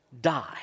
die